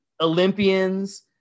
Olympians